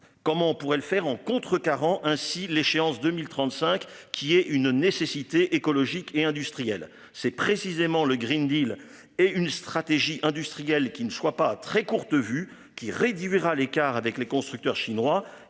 Comment on pourrait le faire en contrecarrant ainsi l'échéance 2035 qui est une nécessité écologique et. C'est précisément le Green Deal et une stratégie industrielle qui ne soit pas très courte vue qui réduira l'écart avec les constructeurs chinois